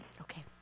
Okay